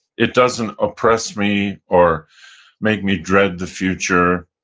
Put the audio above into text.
it doesn't oppress me or make me dread the future.